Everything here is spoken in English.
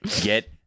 Get